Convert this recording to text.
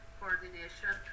coordination